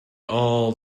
all